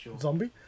zombie